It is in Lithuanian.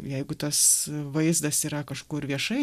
jeigu tas vaizdas yra kažkur viešai